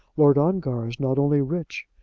lord ongar is not only rich,